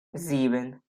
sieben